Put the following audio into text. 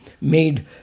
made